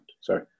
Sorry